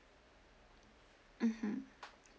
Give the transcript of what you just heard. mmhmm